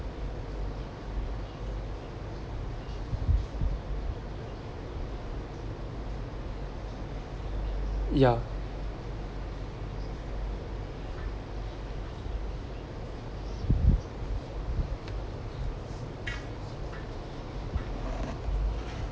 ya